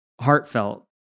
Heartfelt